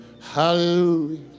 Hallelujah